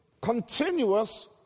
continuous